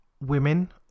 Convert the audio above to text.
women